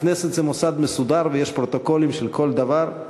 הכנסת היא מוסד מסודר ויש פרוטוקולים של כל דבר,